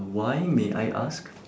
why may I ask